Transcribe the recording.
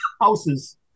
houses